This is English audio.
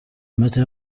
matter